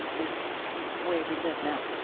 this kind of way we live now